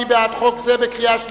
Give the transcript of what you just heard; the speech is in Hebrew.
מי בעד חוק זה בקריאה שלישית?